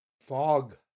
fog